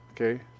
okay